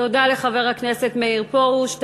תודה לחבר הכנסת מאיר פרוש.